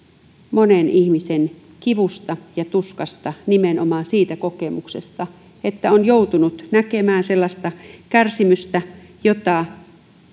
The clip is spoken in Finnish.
monen ihmisen kivusta ja tuskasta nimenomaan siitä kokemuksesta että on joutunut näkemään sellaista kärsimystä jota